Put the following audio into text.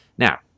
Now